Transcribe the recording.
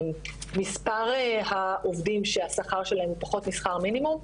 זה מספר העובדים שהשכר שלהם הוא פחות משכר מינימום,